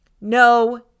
No